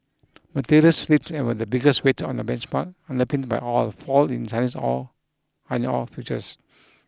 materials slipped and were the biggest weight on the benchmark underpinned by all fall in Chinese or iron ore futures